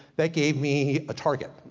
that gave me a target.